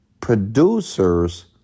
Producers